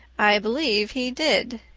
i believe he did,